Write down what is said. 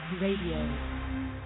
Radio